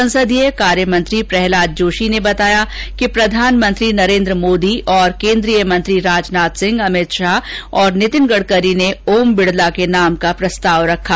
संसदीय कार्यमंत्री प्रहलाद जोशी ने बताया कि प्रधानमंत्री नरेन्द्र मोदी और केन्द्रीय मंत्री राजनाथ सिंह अमित शाह और नितिन गडकरी ने ओम बिड़ला के नाम का प्रस्ताव रखा